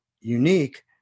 unique